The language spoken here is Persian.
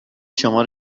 شما